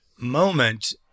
moment